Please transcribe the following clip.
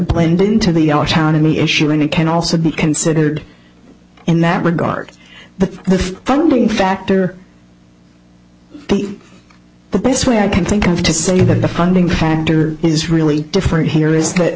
town to me issue and it can also be considered in that regard but the funding factor the best way i can think of to say that the funding factor is really different here is that